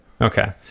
Okay